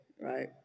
right